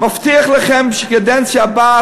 מבטיח לכם שבקדנציה הבאה,